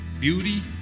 beauty